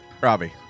Robbie